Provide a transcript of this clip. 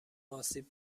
آسیب